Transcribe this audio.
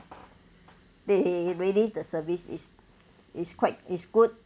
they really the service is is quite is good